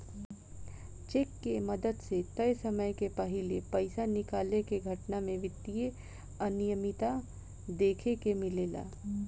check के मदद से तय समय के पाहिले पइसा निकाले के घटना में वित्तीय अनिमियता देखे के मिलेला